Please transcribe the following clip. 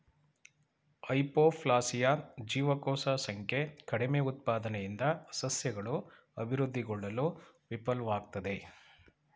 hypoplasia ಜೀವಕೋಶ ಸಂಖ್ಯೆ ಕಡಿಮೆಉತ್ಪಾದನೆಯಿಂದ ಸಸ್ಯಗಳು ಅಭಿವೃದ್ಧಿಗೊಳ್ಳಲು ವಿಫಲ್ವಾಗ್ತದೆ